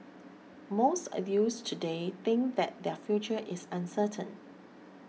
most of youths today think that their future is uncertain